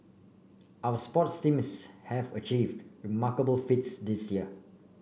our sports teams have achieved remarkable feats this year